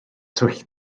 twll